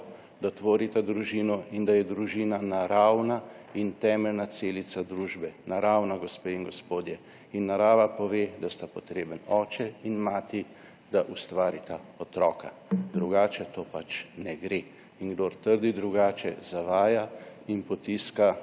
da tvorita družino in da je družina naravna in temeljna celica družbe. Naravna, gospe in gospodje, in narava pove, da sta potrebna oče in mati, da ustvarita otroka, drugače to pač ne gre in kdor trdi drugače, zavaja in potiska